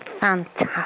Fantastic